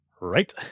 right